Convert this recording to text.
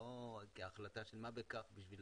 לא כהחלטה של מה בכך כדי לדעת.